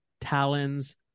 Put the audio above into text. Talons